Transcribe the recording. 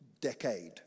decade